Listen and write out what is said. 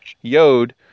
Yod